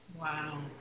Wow